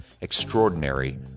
extraordinary